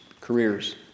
careers